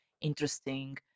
interesting